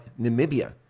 Namibia